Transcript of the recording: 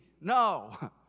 No